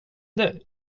nämnde